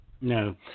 No